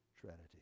Trinity